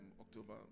October